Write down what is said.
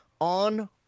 on